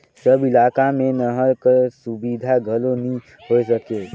सब इलाका मे नहर कर सुबिधा घलो नी होए सके